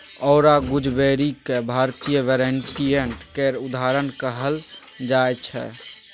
औरा गुजबेरीक भारतीय वेरिएंट केर उदाहरण कहल जाइ छै